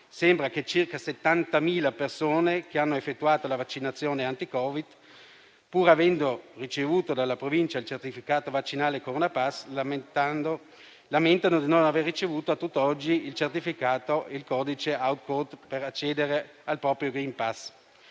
sembra che circa 70.000 persone che hanno effettuato la vaccinazione anti-Covid, pur avendo ricevuto dalla Provincia il certificato vaccinale Corona *pass*, lamentino di non aver ricevuto a tutt'oggi il codice *authcode* per accedere al proprio *green pass*.